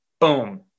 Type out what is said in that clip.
boom